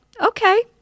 okay